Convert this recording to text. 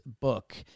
book